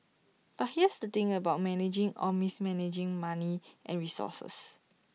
but here's the thing about managing or mismanaging money and resources